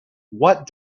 what